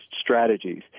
strategies